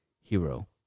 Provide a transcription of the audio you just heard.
hero